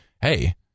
hey